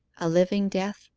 a living death,